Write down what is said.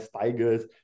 tigers